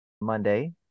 monday